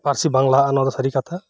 ᱯᱟᱹᱨᱥᱤ ᱵᱟᱝ ᱞᱟᱦᱟᱜᱼᱟ ᱱᱚᱟᱶᱫᱚ ᱥᱟᱹᱨᱤᱠᱟᱛᱷᱟ